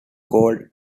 called